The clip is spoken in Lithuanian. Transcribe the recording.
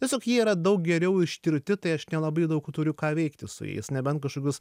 tiesiog jie yra daug geriau ištirti tai aš nelabai daug turiu ką veikti su jais nebent kažkokius